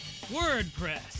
wordpress